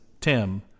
Tim